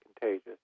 contagious